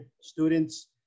students